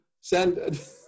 send